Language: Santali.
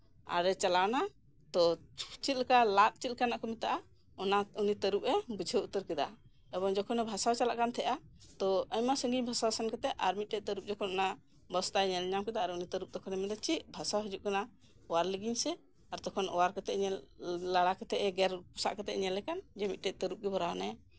ᱟᱨᱮ ᱪᱟᱞᱟᱣᱱᱟ ᱛᱳ ᱪᱮᱫ ᱞᱮᱠᱟ ᱞᱟᱫ ᱪᱮᱫ ᱠᱟᱱᱟᱜ ᱠᱚ ᱢᱮᱛᱟᱜᱼᱟ ᱚᱱᱟ ᱩᱱᱤ ᱛᱟᱹᱨᱩᱵᱽ ᱮ ᱵᱩᱡᱷᱟᱹᱣ ᱩᱛᱟᱹᱨ ᱠᱮᱫᱟ ᱮᱵᱚᱝ ᱡᱚᱠᱷᱚᱱᱮ ᱟᱹᱛᱩ ᱪᱟᱞᱟᱜ ᱠᱟᱱ ᱛᱟᱸᱦᱮᱜᱼᱟ ᱛᱳ ᱟᱭᱢᱟ ᱥᱟᱹᱜᱤᱧ ᱵᱷᱟᱥᱟᱣ ᱥᱮᱱ ᱠᱟᱛᱮᱜ ᱟᱨ ᱢᱤᱫᱴᱮᱡ ᱛᱟᱹᱨᱩᱵᱽ ᱡᱚᱠᱷᱚᱱ ᱚᱱᱟ ᱵᱚᱥᱛᱟᱭ ᱧᱮᱞ ᱧᱟᱢ ᱠᱮᱫᱟ ᱩᱱᱤ ᱫᱚ ᱛᱟᱹᱨᱩᱵᱽ ᱛᱚᱠᱷᱚᱱᱮ ᱢᱮᱱ ᱮᱫᱟ ᱪᱮᱫ ᱟᱹᱛᱩ ᱦᱤᱡᱩᱜ ᱠᱟᱱᱟ ᱚᱣᱟᱨ ᱞᱤᱜᱤᱧ ᱥᱮ ᱟᱨ ᱛᱚᱷᱚᱱ ᱚᱣᱟᱨ ᱠᱟᱛᱮᱜ ᱧᱮᱞ ᱵᱟᱲᱟ ᱠᱟᱛᱮᱫ ᱮ ᱜᱮᱨ ᱯᱚᱥᱟᱜ ᱠᱟᱛᱮᱫ ᱮ ᱧᱮᱞᱮ ᱠᱟᱱ ᱡᱮ ᱢᱤᱫᱴᱟᱱ ᱛᱟᱹᱨᱩᱵᱽ ᱜᱮ ᱟᱹᱛᱩ ᱢᱮᱱᱟᱭᱟ